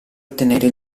ottenere